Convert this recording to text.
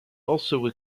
also